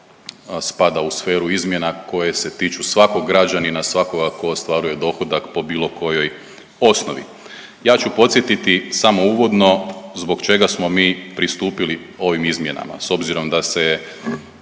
doista spada u sferu izmjena koje se tiču svakog građanina, svakoga tko ostvaruje dohodak po bilo kojoj osnovi. Ja ću podsjetiti samo uvodno zbog čega smo mi pristupili ovim izmjenama s obzirom da se